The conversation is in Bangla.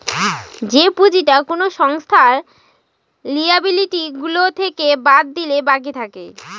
যে পুঁজিটা কোনো সংস্থার লিয়াবিলিটি গুলো থেকে বাদ দিলে বাকি থাকে